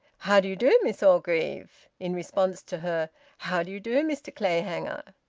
how d'you do, miss orgreave? in response to her how d'you do, mr clayhanger?